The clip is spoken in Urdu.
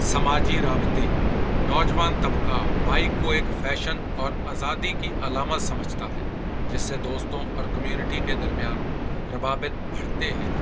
سماجی رابطیں نوجوان طبقہ بائک کو ایک فیشن اور آزادی کی علامت سمجھتا ہے جس سے دوستوں اور کمیونٹی کے درمیان روابط بڑتے ہیں